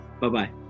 Bye-bye